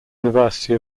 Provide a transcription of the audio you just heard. university